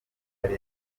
nari